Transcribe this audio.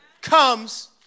comes